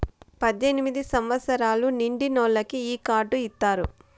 పద్దెనిమిది సంవచ్చరాలు నిండినోళ్ళకి ఈ కార్డు ఇత్తారు